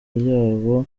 ryabo